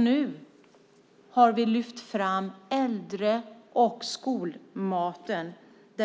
Nu har vi lyft fram äldre och skolmaten som